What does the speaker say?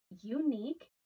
unique